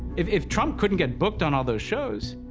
if if trump couldn't get booked on all those shows,